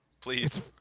Please